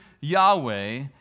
Yahweh